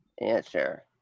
Answer